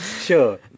Sure